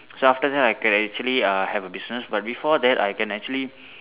so after that I can actually err have a business but before that I can actually